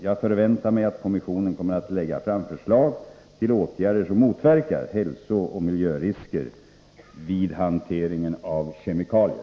Jag förväntar mig att kommissionen kommer att lägga fram förslag till åtgärder som motverkar hälsooch miljörisker med hanteringen av kemikalier.